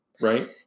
Right